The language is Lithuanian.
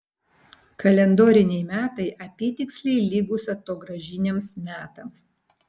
kalendoriniai metai apytiksliai lygūs atogrąžiniams metams